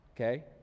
okay